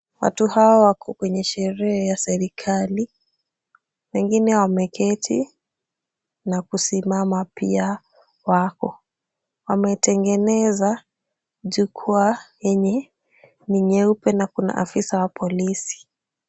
Watu hao wako kwenye sherehe ya serikali, wengine wameketi na kusimama pia wako. Wametengeneza jukwaa yenye ni nyeupe na kuna afisa wa polisi.